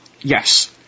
Yes